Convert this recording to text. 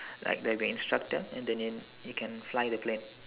like there'll be an instructor and then you can fly the plane